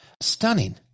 stunning